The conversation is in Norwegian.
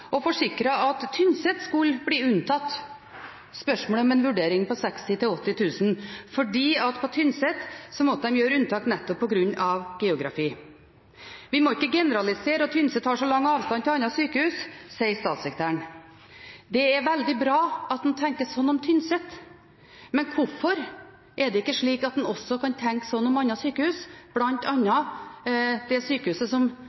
at Tynset skulle bli unntatt spørsmålet om en vurdering på 60 000–80 000, for på Tynset måtte de gjøre unntak nettopp på grunn av geografi. Statssekretæren sa: «Vi må ikke generalisere, og Tynset har så lang avstand til andre sykehus Det er veldig bra at en tenker slik om Tynset, men hvorfor er det ikke slik at en også kan tenke slik om andre sykehus, bl.a. det sykehuset som